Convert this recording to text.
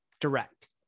direct